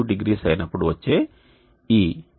20 అయినప్పుడు వచ్చే ఈ AM1